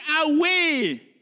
away